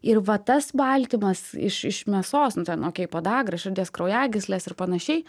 ir va tas baltymas iš iš mėsos nu ten okei podagra širdies kraujagyslės ir panašiai